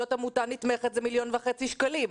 עמותה נתמכת זה מיליון וחצי שקלים.